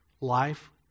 Life